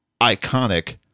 iconic